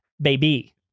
Baby